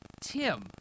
tim